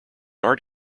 art